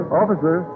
officer